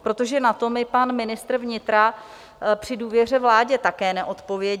Protože na to mi pan ministr vnitra při důvěře vládě také neodpověděl.